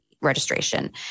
registration